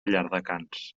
llardecans